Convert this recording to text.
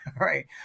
right